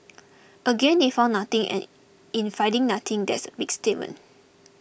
again they found nothing and in finding nothing that's a big statement